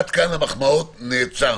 עד כאן המחמאות ונעצרנו.